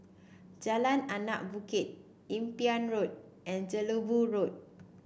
Jalan Anak Bukit Imbiah Road and Jelebu Road